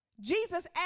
Jesus